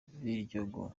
biryogo